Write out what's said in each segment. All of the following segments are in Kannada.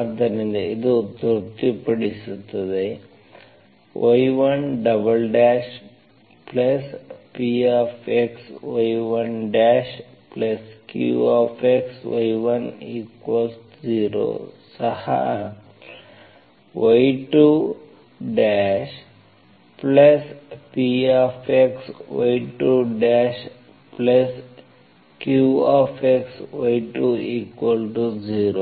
ಆದ್ದರಿಂದ ಇದು ತೃಪ್ತಿಪಡಿಸುತ್ತದೆ y1pxy1qxy10 ಸಹ y2pxy2qxy20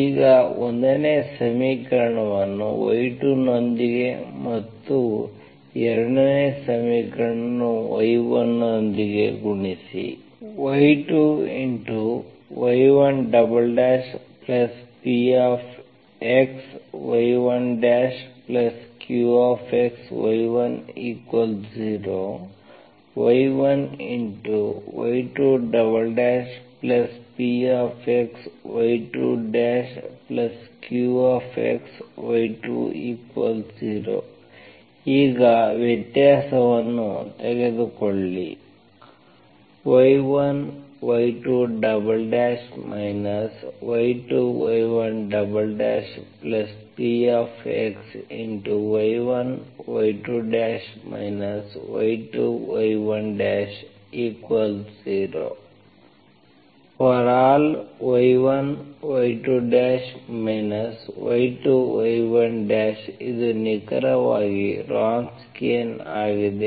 ಈಗ 1 ನೇ ಸಮೀಕರಣವನ್ನು y2 ನೊಂದಿಗೆ ಮತ್ತು 2 ನೇ ಸಮೀಕರಣವನ್ನು y1 ನೊಂದಿಗೆ ಗುಣಿಸಿ y2y1pxy1qxy10 y1y2pxy2qxy20 ಈಗ ವ್ಯತ್ಯಾಸವನ್ನು ತೆಗೆದುಕೊಳ್ಳಿ y1y2 y2y1pxy1y2 y2y10 ∀ y1y2 y2y1 ಇದು ನಿಖರವಾಗಿ ವ್ರೊನ್ಸ್ಕಿಯನ್ ಆಗಿದೆ